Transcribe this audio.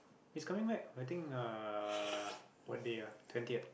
he's coming back I think uh what day ah twentieth